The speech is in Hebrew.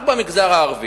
רק במגזר הערבי,